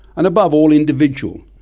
and above all individual,